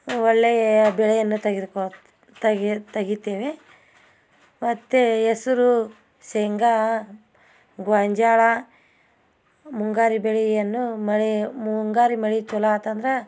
ಒಳ್ಳೆಯ ಬೆಳೆಯನ್ನು ತೆಗೆದುಕೋ ತೆಗೆ ತೆಗಿತೇವೆ ಮತ್ತು ಹೆಸ್ರು ಶೇಂಗಾ ಗೋವಿನ್ ಜೋಳ ಮುಂಗಾರು ಬೆಳೆಯನ್ನು ಮಳೆಯೇ ಮುಂಗಾರು ಮಳೆ ಚಲೋ ಆತಂದ್ರೆ